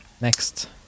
next